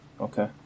Okay